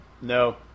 No